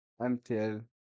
MTL